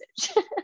message